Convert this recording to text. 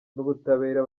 n’ubutabera